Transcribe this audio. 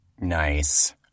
Nice